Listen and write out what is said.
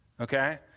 okay